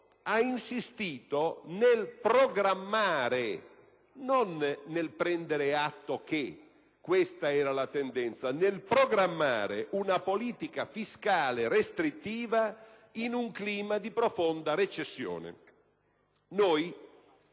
ha insistito nel programmare, non prendendo atto che questa era la tendenza, una politica fiscale restrittiva in un clima di profonda recessione. Noi